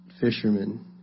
fishermen